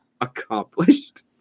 accomplished